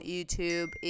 YouTube